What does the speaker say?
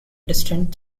distant